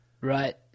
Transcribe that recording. Right